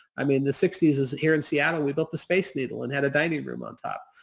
i mean the sixty s s here in seattle, we built the space needle and had a dining room on top,